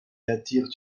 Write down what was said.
attirent